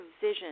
vision